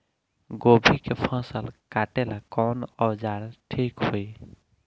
गोभी के फसल काटेला कवन औजार ठीक होई?